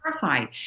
terrified